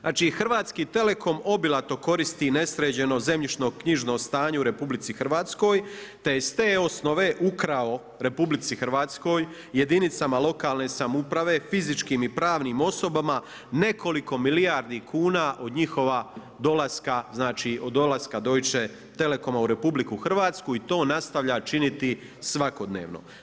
Znači HT obilato koristi nesređeno zemljišno-knjižno stanje u RH te je iz te osnove ukrao RH, jedinicama lokalne samouprave, fizičkim i pravnim osobama nekoliko milijardi kuna od njihova dolaska, znači od dolaska Deutsche telekoma u RH i to nastavlja činiti svakodnevno.